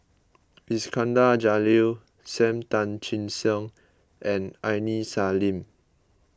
Iskandar Jalil Sam Tan Chin Siong and Aini Salim